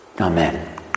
Amen